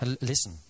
Listen